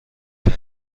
کرد